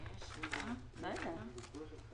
שיאשרו אותה